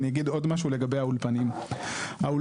ואני אגיד עוד משהו לגבי האולפנים האולפנים,